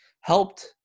helped